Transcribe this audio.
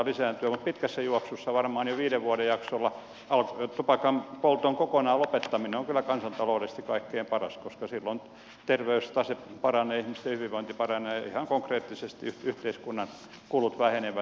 mutta pitkässä juoksussa varmaan jo viiden vuoden jaksolla tupakanpolton kokonaan lopettaminen on kyllä kansantaloudellisesti kaikkein paras vaihtoehto koska silloin terveystase paranee ihmisten hyvinvointi paranee ja ihan konkreettisesti yhteiskunnan kulut vähenevät